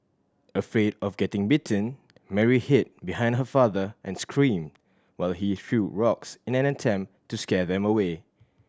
afraid of getting bitten Mary hid behind her father and screamed while he threw rocks in an attempt to scare them away